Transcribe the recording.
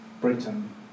Britain